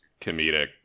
comedic